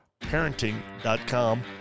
Parenting.com